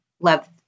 love